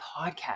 podcast